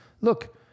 Look